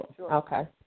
Okay